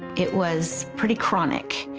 it was pretty chronic.